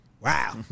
Wow